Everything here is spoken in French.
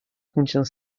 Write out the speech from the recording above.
contient